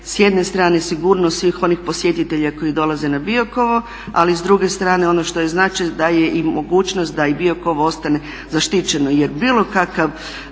s jedne strane sigurnost svih onih posjetitelja koji dolaze na Biokovo, ali s druge strane ono što je značaj da je i mogućnost da i Biokovo ostane zaštićeno jer bilo kakav